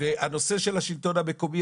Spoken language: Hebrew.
הנושא של השלטון המקומי,